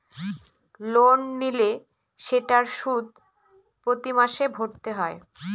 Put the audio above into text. loan নিলে সেটার সুদ প্রতি মাসে ভরতে হয়